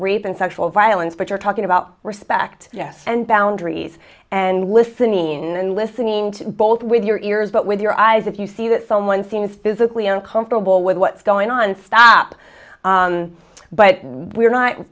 rape and sexual violence but you're talking about respect and boundaries and listening and listening to both with your ears but with your eyes if you see that someone seems physically uncomfortable with what's going on stop but we're not